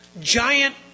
Giant